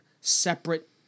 separate